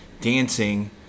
dancing